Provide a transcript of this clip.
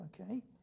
okay